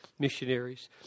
Missionaries